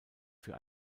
für